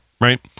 right